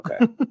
Okay